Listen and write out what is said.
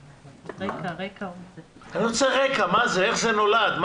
אני רוצה רקע, מה זה, איך זה נולד.